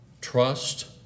trust